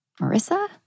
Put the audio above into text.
Marissa